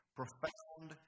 profound